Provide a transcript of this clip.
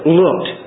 looked